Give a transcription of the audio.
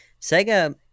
Sega